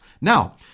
Now